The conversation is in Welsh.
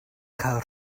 cael